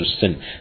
sin